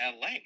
LA